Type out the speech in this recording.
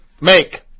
make